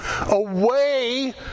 away